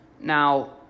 now